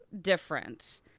different